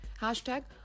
Hashtag